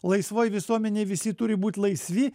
laisvoj visuomenėj visi turi būt laisvi